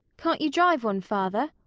can't you drive one, father?